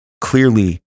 clearly